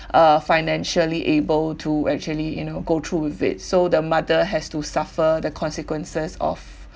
uh financially able to actually you know go through with it so the mother has to suffer the consequences of